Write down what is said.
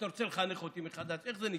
אתה רוצה לחנך אותי מחדש, איך זה נשמע?